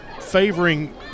favoring